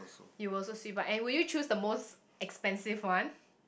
you will also sweep but and will you choose the most expensive one